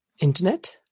Internet